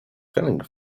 filling